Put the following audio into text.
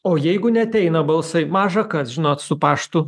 o jeigu neateina balsai maža kas žinot su paštu